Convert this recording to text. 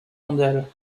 mondiale